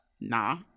nah